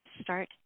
Start